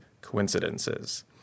coincidences